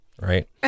right